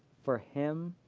for him